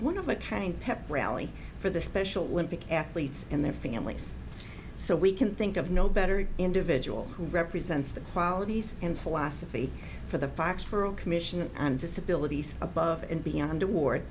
one of a kind pep rally for the special olympics athletes and their families so we can think of no better individual who represents the qualities and philosophy for the foxboro commission on disability above and beyond award